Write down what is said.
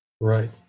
Right